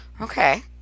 Okay